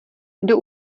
kdo